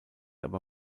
aber